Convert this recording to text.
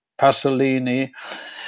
Pasolini